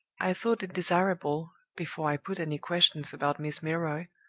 i thought it desirable, before i put any questions about miss milroy,